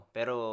Pero